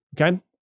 Okay